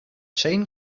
chain